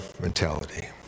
mentality